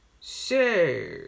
Sure